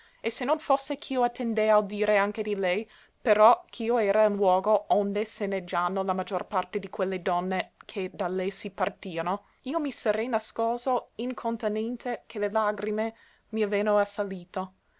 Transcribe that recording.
e se non fosse ch'io attendea audire anche di lei però ch'io era in luogo onde se ne gìano la maggior parte di quelle donne che da lei si partìano io mi sarei nascoso incontanente che le lagrime m'aveano